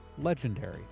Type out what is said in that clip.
legendary